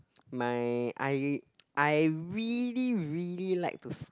my I I really really like to